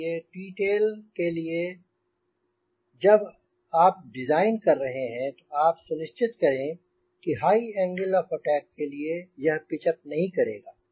इसलिए T tail के लिए जब आप डिज़ाइन कर रहे हैं आप सुनिश्चित करें कि हाई एंगल ऑफ अटैक के लिए यह पिच अप नहीं करेगा